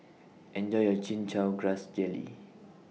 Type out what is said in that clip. Enjoy your Chin Chow Grass Jelly